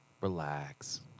relax